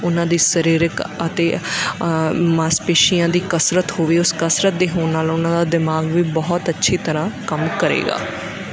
ਉਹਨਾਂ ਦੀ ਸਰੀਰਕ ਅਤੇ ਮਾਸਪੇਸ਼ੀਆਂ ਦੀ ਕਸਰਤ ਹੋਵੇ ਉਸ ਕਸਰਤ ਦੇ ਹੋਣ ਨਾਲ ਉਹਨਾਂ ਦਾ ਦਿਮਾਗ ਵੀ ਬਹੁਤ ਅੱਛੀ ਤਰ੍ਹਾਂ ਕੰਮ ਕਰੇਗਾ